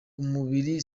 umubiri